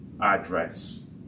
address